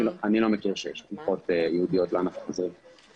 אני לא מכיר תמיכות ייעודיות ישירות לענף החזירים.